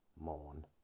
mourn